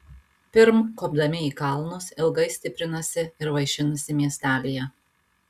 pirm kopdami į kalnus ilgai stiprinasi ir vaišinasi miestelyje